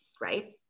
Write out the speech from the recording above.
right